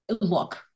look